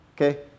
Okay